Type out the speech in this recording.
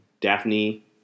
Daphne –